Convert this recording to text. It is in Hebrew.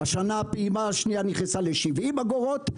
השנה הפעימה השנייה נכנסה ל-70 אגורות,